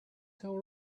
hour